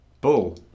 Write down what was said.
Bull